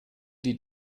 die